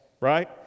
right